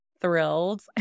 thrilled